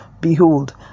Behold